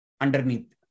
underneath